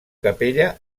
capella